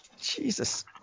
Jesus